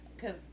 Cause